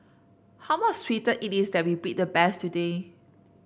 how much sweeter it is that we beat the best today